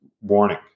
warning